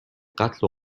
قتل